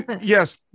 Yes